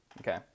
Okay